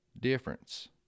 difference